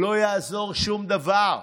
לא יעזור שום דבר.